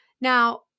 Now